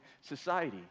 society